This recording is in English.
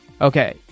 Okay